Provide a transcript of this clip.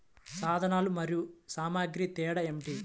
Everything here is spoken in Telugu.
సాధనాలు మరియు సామాగ్రికి తేడా ఏమిటి?